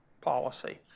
policy